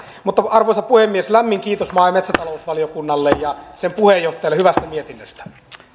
arvoisa puhemies lämmin kiitos maa ja metsätalousvaliokunnalle ja sen puheenjohtajalle hyvästä mietinnöstä